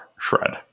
Shred